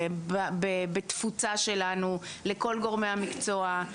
בתפוצה שלנו לכל גורמי המקצוע.